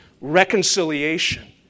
reconciliation